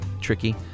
tricky